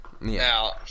Now